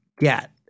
get